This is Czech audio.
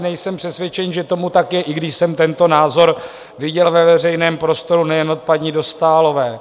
Nejsem přesvědčen, že tomu tak je, i když jsem tento názor viděl ve veřejném prostoru nejen od paní Dostálové.